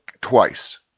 twice